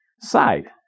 Side